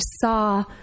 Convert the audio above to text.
saw